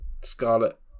Scarlet